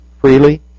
freely